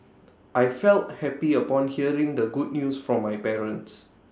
I felt happy upon hearing the good news from my parents